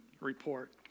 report